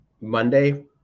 Monday